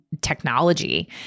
technology